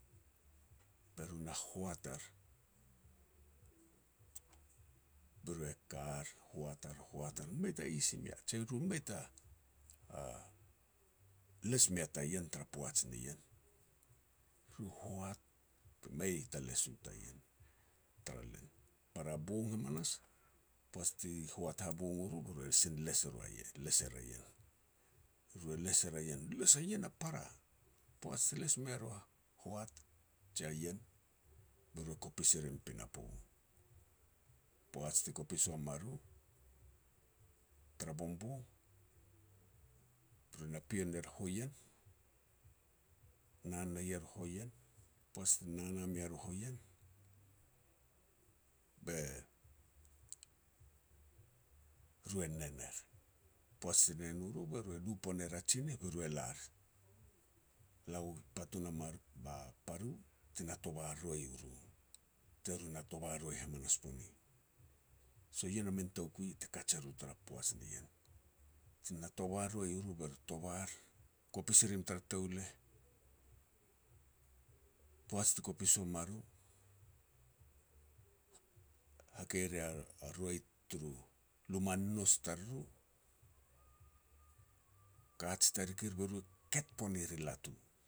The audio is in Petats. be ru na hoat ar. Be ru e kar, hoat ar, hoat ar, mei la isi mia je ru mei ta les me ta ien, ru hoat mei ta les mea ta ien tara len. Tara bong hamanas poaj ti hoat habong u ru, be ru sin les e ru a ien les er a ien, be ru e les er a ien, les a ien a para. Poaj ti les mea ru a hoat jia ien be ru e kopis i rim i pinapo. Poaj ti kopis wam a ru tara bongbong, be ru na pio ner a hoien, nana er hoien. Poaj ti nana mia ru hoien, be ru e nen er. Poaj ti nen u ru be ru e lu pon er a tsinih, be ru e lar, la u patun a mar a paru ti na tova u ru, je ru na tova roi hamanas pone. So, ien a min toukui ti kaj eru tara poaj ni ien. Ti na tova roi u ru be ru tovar, kopis i rim tara touleh, poaj ti kopis wa ma ru, hakei rea a roi taru luma ni nous tariru. Ka ji tarik ir be ru e ket poner i latu.